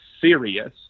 serious